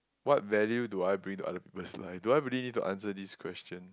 what value do I bring to other people's life do I really need to answer this question